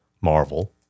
Marvel